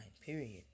Period